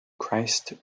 christ